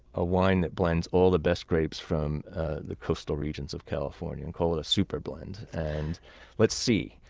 ah wine that blends all the best grapes from the coastal regions of california and call it a super blend. and let's see,